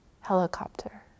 helicopter